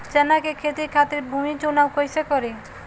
चना के खेती खातिर भूमी चुनाव कईसे करी?